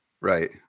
Right